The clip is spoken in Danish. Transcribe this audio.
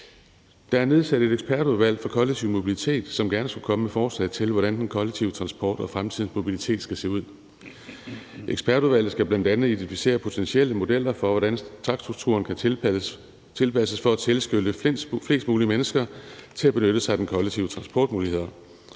Der er nedsat et ekspertudvalg for kollektiv mobilitet, som gerne skulle komme med forslag til, hvordan den kollektive transport og fremtidens mobilitet skal se ud. Ekspertudvalget skal bl.a. identificere potentielle modeller for, hvordan takststrukturen kan tilpasses for at tilskynde flest mulige mennesker til at benytte sig af de kollektive transportmuligheder,